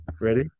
Ready